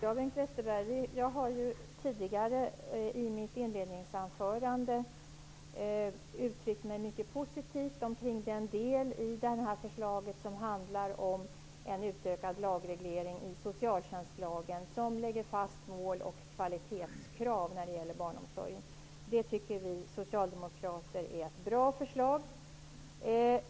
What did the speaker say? Herr talman! I mitt inledningsanförande uttryckte jag mig mycket positivt om den del av det här förslaget som handlar om en utökad lagreglering i socialtjänstlagen, där man lägger fast mål och kvalitetskrav när det gäller barnomsorgen. Det tycker vi socialdemokrater är ett bra förslag.